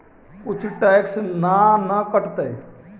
कुछ टैक्स ना न कटतइ?